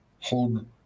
hold